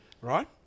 right